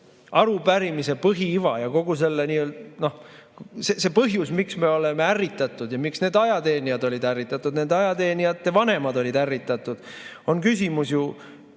arupärimise põhiiva ja kogu see põhjus, miks me oleme ärritatud ja miks need ajateenijad olid ärritatud, nende ajateenijate vanemad olid ärritatud. Küsimus on